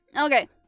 Okay